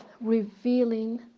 revealing